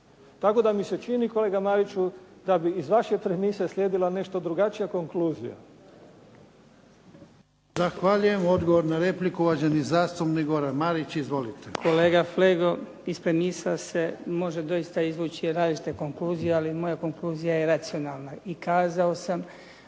Tako da mi se čini kolega Mariću da bi iz vaše premise slijedila nešto drugačija konkluzija. **Jarnjak, Ivan (HDZ)** Zahvaljujem. Odgovor na repliku, uvaženi zastupnik Goran Marić. Izvolite. **Marić, Goran (HDZ)** Kolega Flego, iz premisa se može doista izvući različita konkluzija, ali moja konkluzija je racionalna i kazao sam